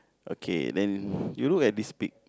okay then you look at this pic